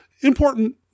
important